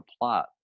plot